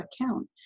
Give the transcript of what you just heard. account